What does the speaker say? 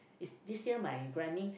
is this year my granny